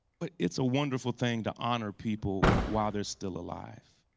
but it's a wonderful thing to honor people while they're still alive.